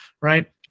right